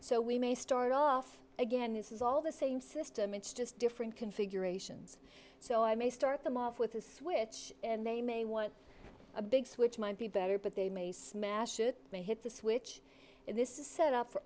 so we may start off again this is all the same system it's just different configurations so i may start them off with a switch and they may want a big switch might be better but they may smash it they hit the switch this is set up for